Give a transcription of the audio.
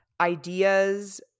ideas